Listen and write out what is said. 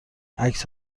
عکس